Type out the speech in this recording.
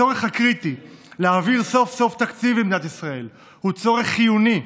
הצורך הקריטי להעביר סוף-סוף תקציב במדינת ישראל הוא צורך חיוני,